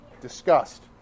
discussed